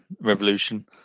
revolution